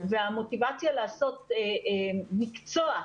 המוטיבציה לעשות מקצוע,